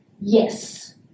yes